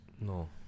no